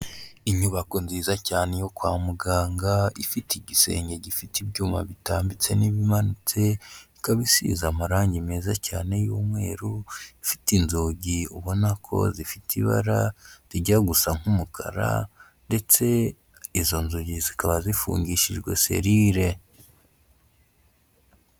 Inyubako nziza cyane yo kwa muganga, ifite igisenge gifite ibyuma bitambitse n'ibimanutse, ikaba isize amarangi meza cyane y'umweru, ifite inzugi ubona ko zifite ibara rijya gusa nk'umukara ndetse izo nzugi zikaba zifungishijwe serire.